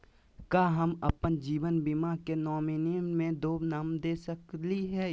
का हम अप्पन जीवन बीमा के नॉमिनी में दो नाम दे सकली हई?